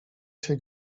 się